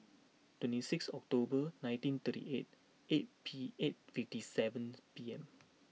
twenty six October nineteen thirty eight eight P eight fifty seven P M